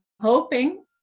hoping